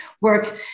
work